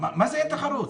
מה זה אין תחרות,